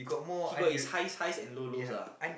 he got his high highs and low lows lah